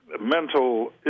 Mental